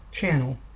channel